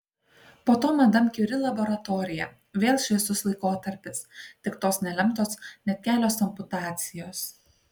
po to madam kiuri laboratorija vėl šviesus laikotarpis tik tos nelemtos net kelios amputacijos